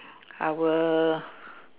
I will